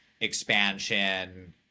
expansion